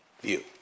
view